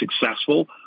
successful